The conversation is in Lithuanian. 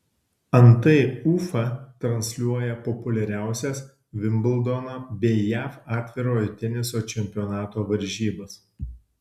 antai ufa transliuoja populiariausias vimbldono bei jav atvirojo teniso čempionato varžybas